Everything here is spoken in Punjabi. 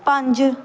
ਪੰਜ